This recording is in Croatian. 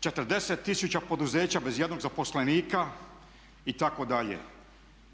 40 tisuća poduzeća bez jednog zaposlenika itd.